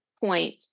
point